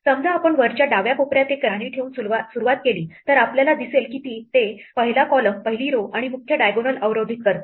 समजा आपण वरच्या डाव्या कोपर्यात एक राणी ठेवून सुरुवात केली तर आपल्याला दिसेल की ते पहिला column पहिली row आणि मुख्य diagonal अवरोधित करते